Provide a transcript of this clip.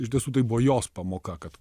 iš tiesų tai buvo jos pamoka kad